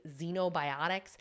xenobiotics